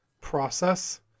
process